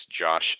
Josh